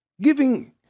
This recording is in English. Giving